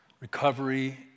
recovery